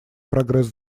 прогресс